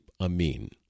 Amin